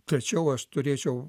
tačiau aš turėčiau